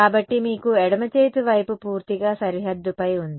కాబట్టి మీకు ఎడమ చేతి వైపు పూర్తిగా సరిహద్దుపై ఉంది